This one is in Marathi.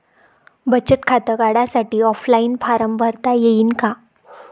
बचत खातं काढासाठी ऑफलाईन फारम भरता येईन का?